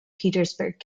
petersburg